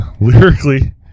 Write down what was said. Lyrically